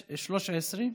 13),